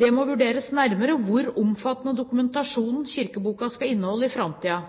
Det må vurderes nærmere hvor omfattende dokumentasjon kirkeboka skal inneholde i framtiden.